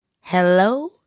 Hello